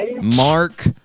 Mark